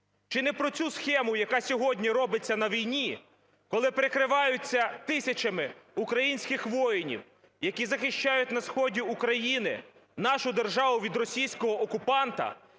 Чи не про цю схему, яка сьогодні робиться на війні, коли прикриваються тисячами українських воїнів, які захищають на сході України нашу державу від російського окупанта,